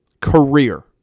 Career